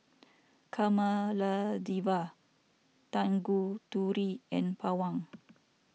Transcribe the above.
Kamaladevi Tanguturi and Pawan